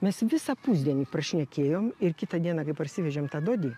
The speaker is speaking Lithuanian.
mes visą pusdienį pašnekėjom ir kitą dieną kai parsivežėm tą dodį